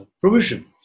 provision